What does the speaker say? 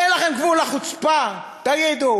אין לכם גבול לחוצפה, תגידו?